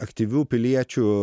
aktyvių piliečių